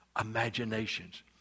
imaginations